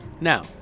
Now